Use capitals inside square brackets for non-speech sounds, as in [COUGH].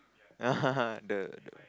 [LAUGHS] the the